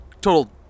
total